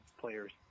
players